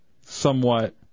somewhat